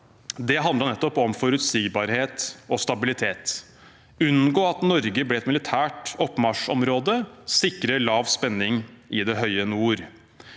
handler nettopp om forutsigbarhet og stabilitet, om å unngå at Norge blir et militært oppmarsjområde, og om å sikre lav spenning i det høye nord.